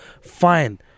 fine